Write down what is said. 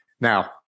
now